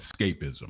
escapism